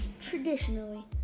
traditionally